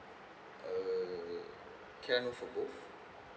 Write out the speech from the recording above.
uh can I know for both